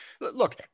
Look